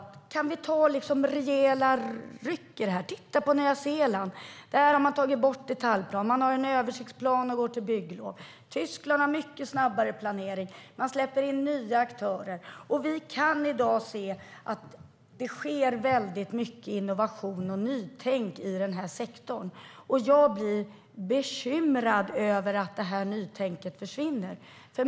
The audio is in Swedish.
Titta på Nya Zeeland! Där har man tagit bort detaljplan, man har en översiktsplan och går till bygglov. Tyskland har mycket snabbare planering, och man släpper in nya aktörer. Vi kan i dag se att det sker väldigt mycket innovation och nytänkande i den här sektorn, och jag blir bekymrad över att detta nytänkande ska försvinna.